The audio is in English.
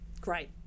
Great